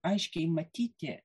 aiškiai matyti